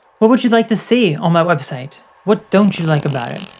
what would you like to see on my website? what don't you like about it?